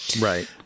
Right